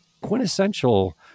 quintessential